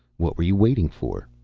what were you waiting for?